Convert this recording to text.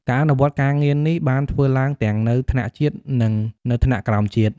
ការអនុវត្តការងារនេះបានធ្វើឡើងទាំងនៅថ្នាក់ជាតិ និងនៅថ្នាក់ក្រោមជាតិ។